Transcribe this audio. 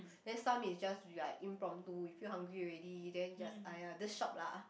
then some is just like impromptu we feel hungry already then just !aiya! this shop lah